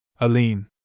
Aline